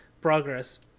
progress